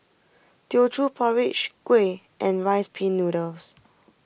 Teochew Porridge Kuih and Rice Pin Noodles